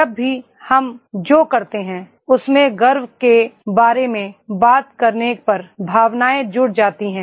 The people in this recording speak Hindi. जब भी हम जो करते हैं उसमें गर्व के बारे में बात करने पर भावनाएं जुड़ जाती हैं